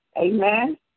Amen